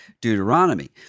Deuteronomy